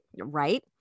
Right